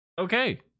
Okay